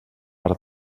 per